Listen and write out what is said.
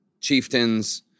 chieftains